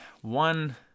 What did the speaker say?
one